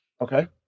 Okay